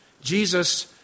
Jesus